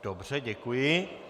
Dobře, děkuji.